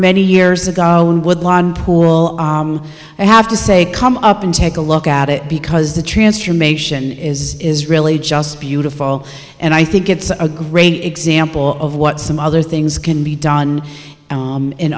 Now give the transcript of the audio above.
many years ago when woodlawn pool i have to say come up and take a look at it because the transformation is is really just beautiful and i think it's a great example of what some other things can be done